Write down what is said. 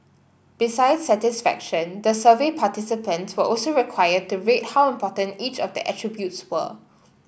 besides satisfaction the survey participants were also required to rate how important each of the attributes were